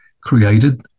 created